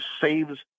saves